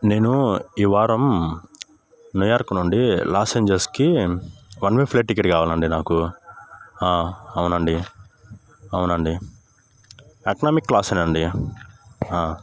నేను ఈ వారం న్యూ యార్క్ నుండి లాస్ఏంజల్స్కి వన్ వే ఫ్లైట్ టికెట్ కావాలండి నాకు అవునండి అవునండి ఎకనామిక్ క్లాసే అండి